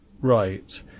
right